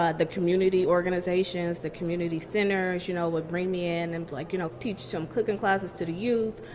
ah the community organizations, the community centers you know would bring me in and like you know teach some cooking classes to the youth.